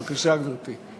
בבקשה, גברתי.